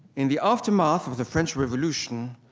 in the aftermath of the french revolution,